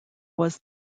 was